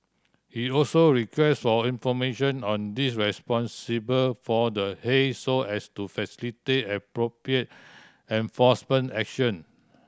he also requested all information on these responsible for the haze so as to facilitate appropriate enforcement action